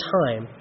time